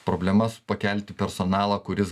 problemas pakelti personalą kuris